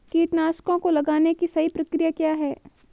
कीटनाशकों को लगाने की सही प्रक्रिया क्या है?